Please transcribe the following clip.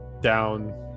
down